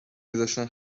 میذاشتن